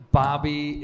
bobby